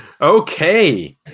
Okay